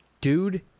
Dude